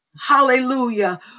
Hallelujah